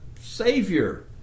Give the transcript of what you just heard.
savior